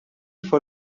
for